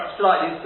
slightly